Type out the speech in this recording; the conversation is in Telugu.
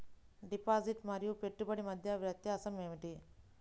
డిపాజిట్ మరియు పెట్టుబడి మధ్య వ్యత్యాసం ఏమిటీ?